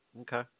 Okay